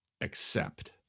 accept